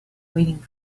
waiting